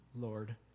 Lord